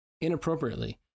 inappropriately